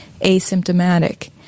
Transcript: asymptomatic